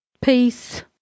Peace